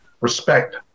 respect